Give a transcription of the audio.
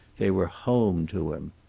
they were home to him.